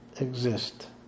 exist